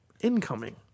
incoming